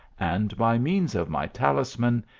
and by means of my talisman,